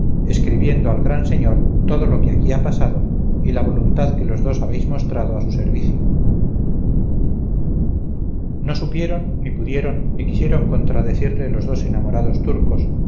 escribiendo al gran señor todo lo que aquí ha pasado y la voluntad que los dos habéis mostrado a su servicio no supieron ni pudieron ni quisieron contradecirle los dos enamorados turcos